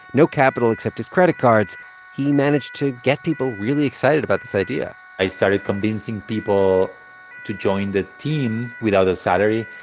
no capital except his credit cards he managed to get people really excited about this idea i started convincing people to join the team without a salary.